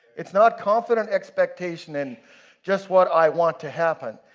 it's not confident expectation in just what i want to happen.